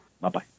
Bye-bye